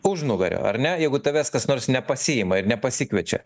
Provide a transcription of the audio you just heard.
užnugario ar ne jeigu tavęs kas nors nepasiima ir nepasikviečia